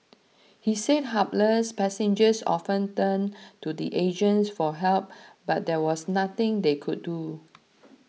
he said hapless passengers often turned to the agents for help but there was nothing they could do